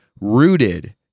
rooted